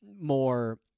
more